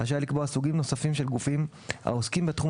רשאי לקבוע סוגים נוספים של גופים העוסקים בתחום